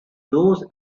knows